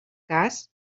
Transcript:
cas